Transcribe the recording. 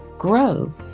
grow